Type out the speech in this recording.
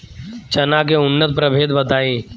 चना के उन्नत प्रभेद बताई?